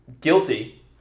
guilty